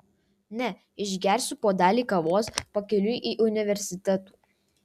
ne išgersiu puodelį kavos pakeliui į universitetų